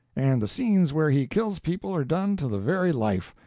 and the scenes where he kills people are done to the very life.